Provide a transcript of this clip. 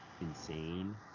insane